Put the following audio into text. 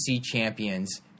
champions